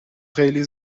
خیلی